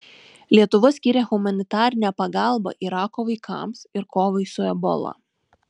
lietuva skyrė humanitarinę pagalbą irako vaikams ir kovai su ebola